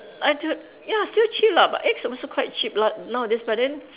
I don~ ya still cheap lah but eggs are also quite cheap lah nowadays but then